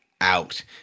out